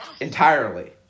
entirely